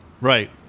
right